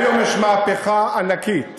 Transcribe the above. היום יש מהפכה ענקית